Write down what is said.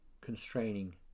constraining